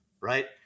Right